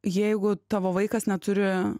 jeigu tavo vaikas neturi